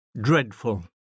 Dreadful